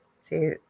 see